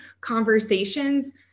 conversations